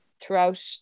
throughout